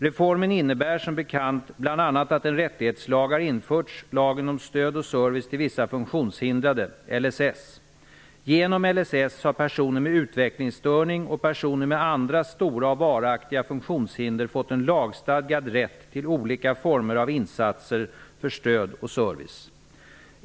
Reformen innebär som bekant bl.a. att en rättighetslag har införts, lagen om stöd och service till vissa funktionshindrade, LSS. Genom LSS har personer med utvecklingsstörning och personer med andra stora och varaktiga funktionshinder fått en lagstadgad rätt till olika former av insatser för stöd och service.